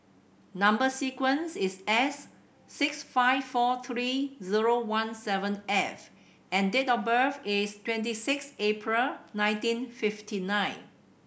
number sequence is S six five four three zero one seven F and date of birth is twenty six April nineteen fifty nine